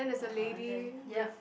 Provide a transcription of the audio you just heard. uh then yup